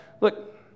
Look